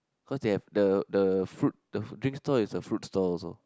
cause they have the the fruit the fruit drink stall is the fruit stall also